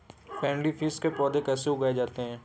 Frangipanis के पौधे कैसे उगाए जाते हैं?